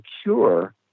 secure